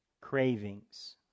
cravings